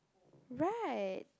right